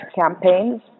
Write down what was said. campaigns